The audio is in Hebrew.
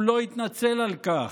הוא לא התנצל על כך.